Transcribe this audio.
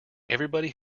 everybody